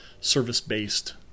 service-based